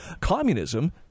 communism